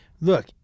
look